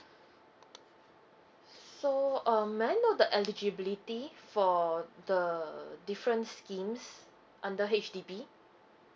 so um may I know the eligibility for the different schemes under H_D_B